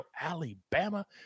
Alabama